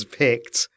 picked